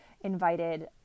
invited